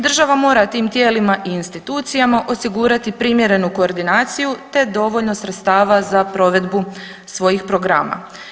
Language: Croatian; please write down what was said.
Država mora tim tijelima i institucijama osigurati primjerenu koordinaciju, te dovoljno sredstava za provedbu svojih programa.